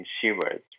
consumers